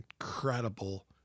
incredible